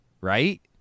right